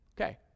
Okay